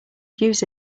use